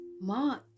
March